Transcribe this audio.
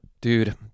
Dude